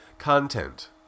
Content